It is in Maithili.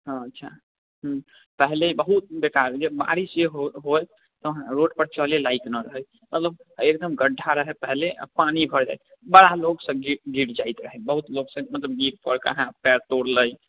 हँ अच्छा पहिले बहुत बेकार जे बारिश जे हुअल तऽ रोडपर चलै लायक नहि रहै मतलब एकदम गड्ढा रहै पहिले आओर पानी भरल रहै बड़ा लोकसब गिर जाएत रहै बहुत लोकसब मतलब गिर पड़िके हाथ पाएर तोड़ि लै